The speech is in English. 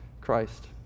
Christ